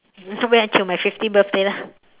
wait until my fifty birthday lah